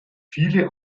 viele